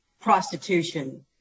prostitution